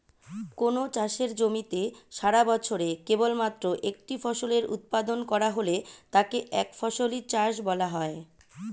কোনও চাষের জমিতে সারাবছরে কেবলমাত্র একটি ফসলের উৎপাদন করা হলে তাকে একফসলি চাষ বলা হয়